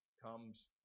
comes